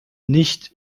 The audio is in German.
nicht